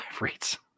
rates